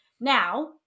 Now